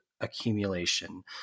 accumulation